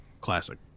classic